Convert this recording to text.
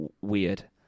weird